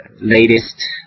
latest